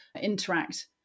interact